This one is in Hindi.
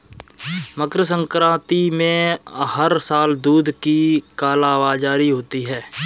मकर संक्रांति में हर साल दूध की कालाबाजारी होती है